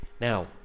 Now